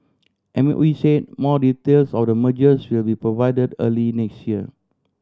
M O E said more details on the mergers will be provided early next year